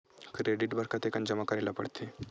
Credit बर कतेकन जमा करे ल पड़थे?